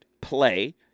play